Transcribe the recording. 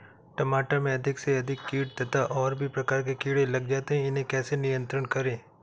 टमाटर में अधिक से अधिक कीट तथा और भी प्रकार के कीड़े लग जाते हैं इन्हें कैसे नियंत्रण करें?